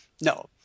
No